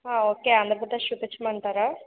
okay Andhra Pradesh చూపించమంటారా